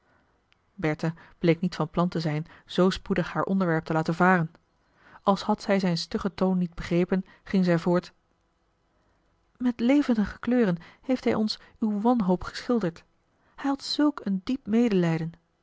bertha bleek niet van plan te zijn zoo spoedig haar onderwerp te laten varen als had zij zijn stuggen toon niet begrepen ging zij voort met levendige kleuren heeft hij ons uw wanhoop geschilderd hij had zulk een diep medelijden